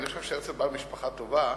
אני חושב שהרצל בא ממשפחה טובה.